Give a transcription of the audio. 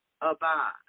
abide